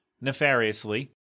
nefariously